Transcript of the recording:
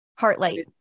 Heartlight